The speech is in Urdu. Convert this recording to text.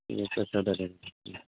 یہ تو